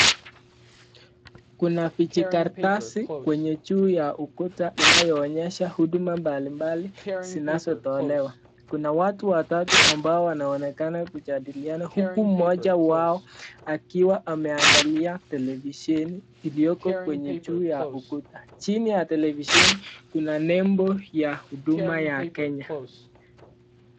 Kuna vijikaratasi kwenye juu ya ukuta inayo onyesha huduma mbalimbali zinazotolewa. Kuna watu watatu ambao wanaonekana kujadiliana huku mmoja wao akiwa ameangalia televisheni iliyoko kwenye juu ya ukuta. Chini ya televisheni kuna nembo ya huduma ya Kenya.